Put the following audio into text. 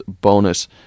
bonus